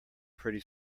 pretty